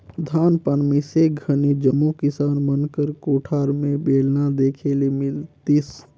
धान पान मिसे घनी जम्मो किसान मन कर कोठार मे बेलना देखे ले मिलतिस